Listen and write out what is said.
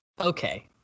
Okay